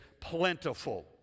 plentiful